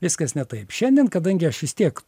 viskas ne taip šiandien kadangi aš vis tiek